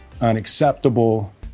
unacceptable